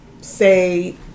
say